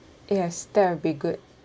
yes there'll be good